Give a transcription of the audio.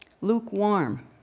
lukewarm